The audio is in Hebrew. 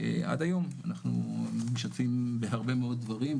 עד היום אנחנו משתפים בהרבה מאוד דברים,